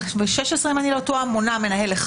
ב-2016, אם אני לא טועה, מונה מנהל אחד.